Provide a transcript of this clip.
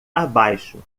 abaixo